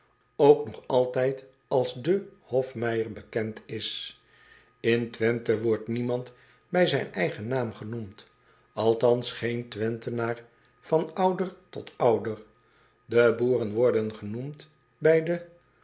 ook nog altijd als de hofmeijer bekend is n wenthe wordt niemand bij zijn eigen naam genoemd althans geen wenthenaar van ouder tot ouder e boeren worden genoemd bij de